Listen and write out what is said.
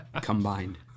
Combined